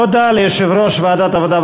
תודה ליושב-ראש ועדת העבודה,